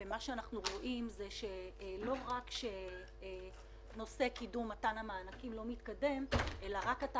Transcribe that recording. מה שאנחנו רואים זה שלא רק שנושא הקידום מתן המענקים לא מתקדם אלא רק אתה